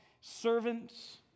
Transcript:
servants